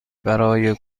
برای